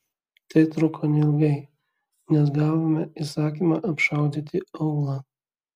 tai truko neilgai nes gavome įsakymą apšaudyti aūlą